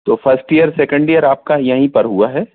तो first year second year आपका यहीं पर हुआ है